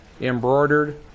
embroidered